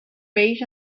beige